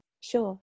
sure